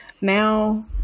now